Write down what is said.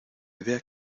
idea